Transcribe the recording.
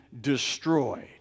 destroyed